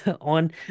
on